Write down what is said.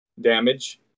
damage